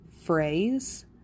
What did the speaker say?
Phrase